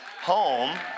home